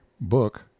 book